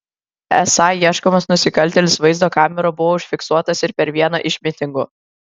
esą ieškomas nusikaltėlis vaizdo kamerų buvo užfiksuotas ir per vieną iš mitingų